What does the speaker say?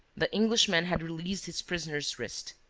the englishman had released his prisoner's wrist.